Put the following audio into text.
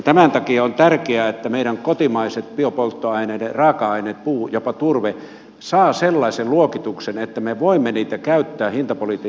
tämän takia on tärkeää että meidän kotimaiset biopolttoaineiden raaka aineet puu jopa turve saavat sellaisen luokituksen että me voimme niitä käyttää hintapoliittisessa kilpailussa